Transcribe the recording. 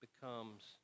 becomes